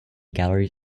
galleries